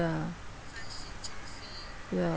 ya